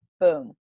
Boom